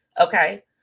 okay